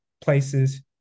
places